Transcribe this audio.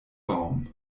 baum